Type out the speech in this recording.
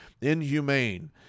inhumane